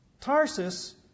Tarsus